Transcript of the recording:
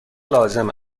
لازم